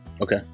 okay